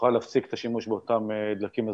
נוכל להפסיק את השימוש באותם דלקים מזהמים.